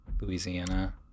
Louisiana